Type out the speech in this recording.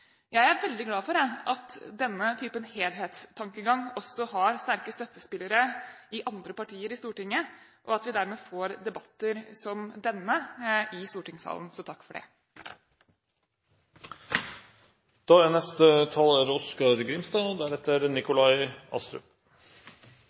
Jeg er veldig glad for at denne type helhetstankegang også har sterke støttespillere i andre partier i Stortinget, og at vi dermed får debatter som denne i stortingssalen. Så takk for